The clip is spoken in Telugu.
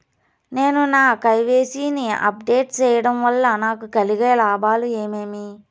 నేను నా కె.వై.సి ని అప్ డేట్ సేయడం వల్ల నాకు కలిగే లాభాలు ఏమేమీ?